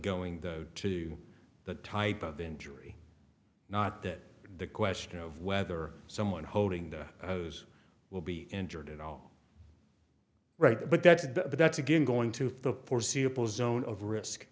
going to that type of injury not that the question of whether someone holding the will be injured in all right but that's but that's again going to for the foreseeable zone of risk